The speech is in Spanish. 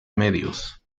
medios